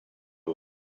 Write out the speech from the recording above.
book